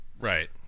Right